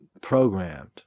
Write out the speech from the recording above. programmed